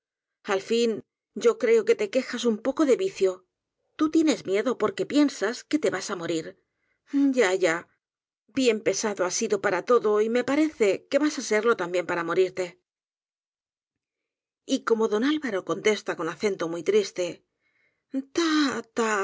al fin yo creo que te quejas un poco de vicio tú tienes miedo porque piensas te vas á morir ya ya bien pesado has sido para todo y me parece que vas á serlo también para morirte y como d alvaro contesta con acento muy triste